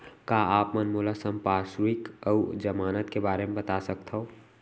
का आप मन मोला संपार्श्र्विक अऊ जमानत के बारे म बता सकथव?